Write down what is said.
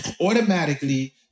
automatically